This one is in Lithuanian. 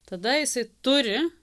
tada jisai turi